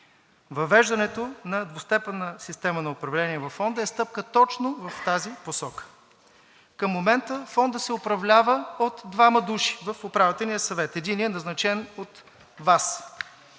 Въвеждането на двустепенна система на управление във Фонда е стъпка точно в тази посока. Към момента Фондът се управлява от двама души в Управителния съвет. Единият е назначен от Вас